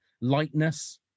lightness